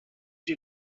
you